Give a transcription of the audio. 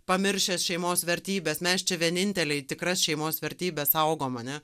pamiršęs šeimos vertybes mes čia vieninteliai tikras šeimos vertybes saugom ane